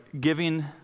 giving